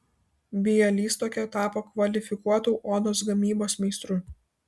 bialystoke tapo kvalifikuotu odos gamybos meistru